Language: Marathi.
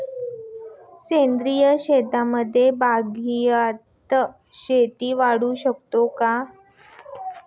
सेंद्रिय शेतीमध्ये बागायती शेती वाढवू शकतो का?